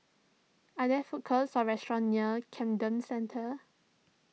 are there food courts or restaurants near Camden Centre